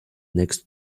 next